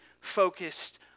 focused